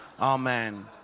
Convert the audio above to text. amen